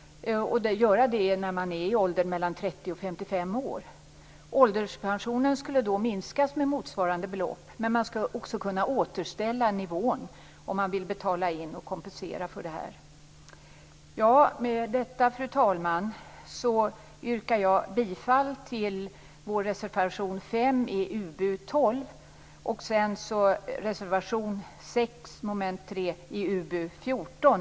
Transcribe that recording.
Det skall man göra när man är i åldern 30-55 år. Ålderspensionen skulle då minskas med motsvarande belopp, men man skall också kunna återställa nivån om man vill göra inbetalningar och kompensera för uttagen. Med detta, fru talman, yrkar jag bifall till reservation 5 i UbU12 och till reservation 6 under mom. 3 i UbU14.